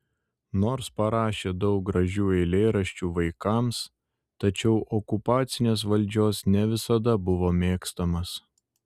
nors parašė daug gražių eilėraščių vaikams tačiau okupacinės valdžios ne visada buvo mėgstamas